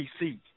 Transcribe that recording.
PC